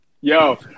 Yo